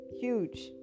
huge